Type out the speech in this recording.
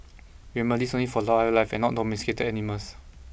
remember this is only for wildlife and not domesticated animals